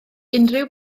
unrhyw